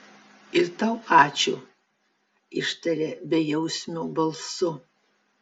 ir tau ačiū ištarė bejausmiu balsu